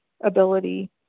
ability